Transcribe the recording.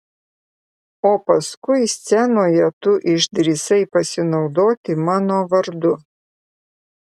o paskui scenoje tu išdrįsai pasinaudoti mano vardu